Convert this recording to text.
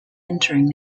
entering